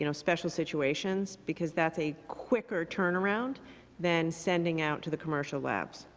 you know special situations because that's a quicker turn-around than sending out to the commercial lab.